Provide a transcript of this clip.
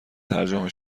ترجمه